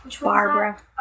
Barbara